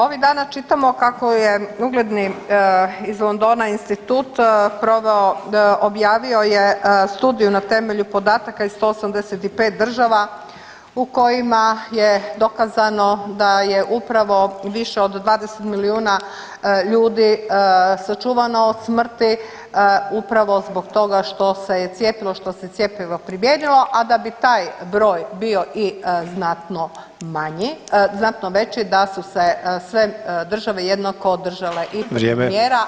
Ovih dana čitamo kako je ugledni iz Londona institut proveo, objavio je studiju na temelju podataka iz 185 država u kojima je dokazano da je upravo više od 20 milijuna ljudi sačuvano od smrti upravo zbog toga što se je cijepilo, što se je cjepivo primijenilo, a da bi taj broj bio i znatno manji, znatno veći da su se sve države jednako držale [[Upadica: Vrijeme.]] i … [[Govornica se ne razumije.]] ali i cjepiva.